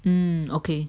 um okay